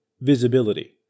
visibility